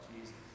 Jesus